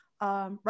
right